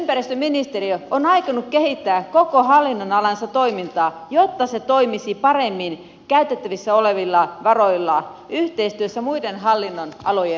miten ympäristöministeriö on aikonut kehittää koko hallinnonalansa toimintaa jotta se toimisi paremmin käytettävissä olevilla varoilla yhteistyössä muiden hallinnonalojen kanssa